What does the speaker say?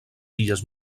illes